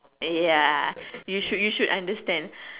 ya you should you should understand